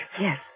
Yes